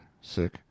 sick